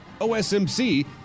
OSMC